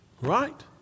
right